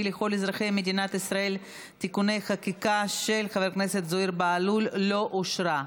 לכל אזרחי מדינת ישראל (תיקוני חקיקה) לא נתקבלה.